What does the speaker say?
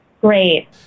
Great